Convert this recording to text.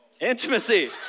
intimacy